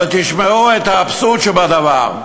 אבל תשמעו את האבסורד שבדבר,